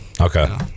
okay